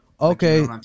Okay